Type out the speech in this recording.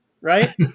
Right